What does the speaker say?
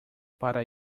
para